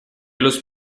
los